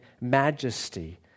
majesty